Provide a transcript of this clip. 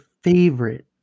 favorite